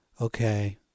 Okay